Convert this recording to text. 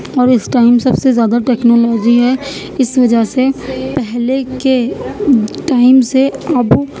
اور اس ٹائم سب سے زیادہ ٹکنالوجی ہے اس وجہ سے پہلے کے ٹائم سے اب